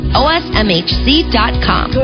osmhc.com